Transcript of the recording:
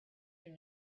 you